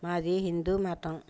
మాది హిందూ మతం